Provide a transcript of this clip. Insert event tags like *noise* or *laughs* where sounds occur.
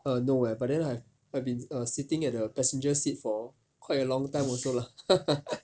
err no eh but then I've I've been sitting at the passenger seat for quite a long time also lah *laughs*